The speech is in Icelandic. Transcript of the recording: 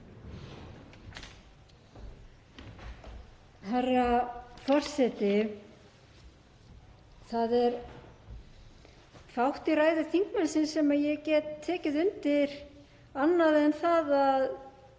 Herra forseti. Það er fátt í ræðu þingmannsins sem ég get tekið undir annað en það að